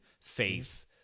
faith